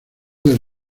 del